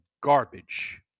garbage